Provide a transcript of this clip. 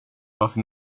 varför